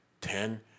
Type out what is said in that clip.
ten